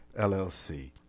LLC